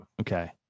Okay